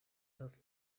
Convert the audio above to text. das